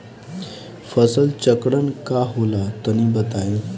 फसल चक्रण का होला तनि बताई?